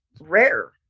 rare